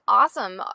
awesome